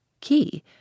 Key